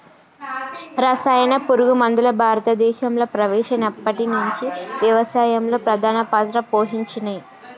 రసాయన పురుగు మందులు భారతదేశంలా ప్రవేశపెట్టినప్పటి నుంచి వ్యవసాయంలో ప్రధాన పాత్ర పోషించినయ్